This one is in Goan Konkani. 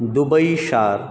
दुबई शार